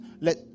let